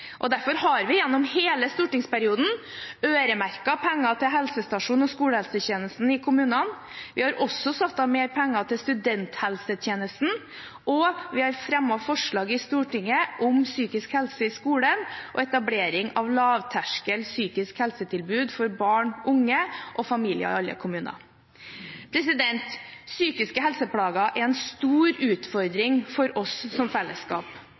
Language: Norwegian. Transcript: forebygging. Derfor har vi gjennom hele stortingsperioden øremerket penger til helsestasjon og skolehelsetjenesten i kommunene. Vi har også satt av mer penger til studenthelsetjenesten, og vi har fremmet forslag i Stortinget om psykisk helse i skolen og etablering av lavterskel psykisk helsetilbud for barn, unge og familier i alle kommuner. Psykiske helseplager er en stor utfordring for oss som fellesskap.